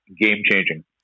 Game-changing